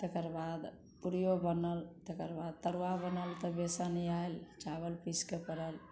तकरबाद पुरीयो बनल तकरबाद तरुआ बनल तऽ बेसन आएल चावल पीस कऽ पड़ल